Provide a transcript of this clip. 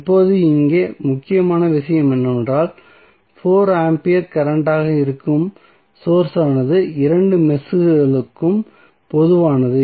இப்போது இங்கே முக்கியமான விஷயம் என்னவென்றால் 4 ஆம்பியர் கரண்ட் ஆக இருக்கும் சோர்ஸ் ஆனது இரண்டு மெஷ்களுக்கும் பொதுவானது